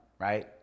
right